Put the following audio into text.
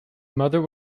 mother